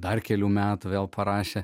dar kelių metų vėl parašė